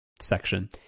section